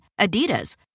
Adidas